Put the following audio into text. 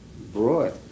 brought